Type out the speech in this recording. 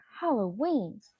Halloween